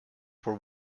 were